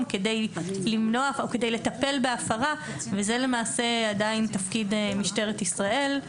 כדי לטפל בהפרה וזה למעשה עדיין תפקיד משטרת ישראל,